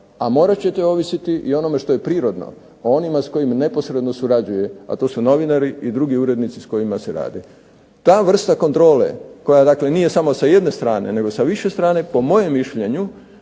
a morat ćete ovisiti i o onome što je prirodno, o onima s kojim neposredno surađuje, a to su novinari i drugi urednici s kojima se radi. Ta vrsta kontrole koja dakle nije samo sa jedne strane, nego sa više strane po mojem mišljenju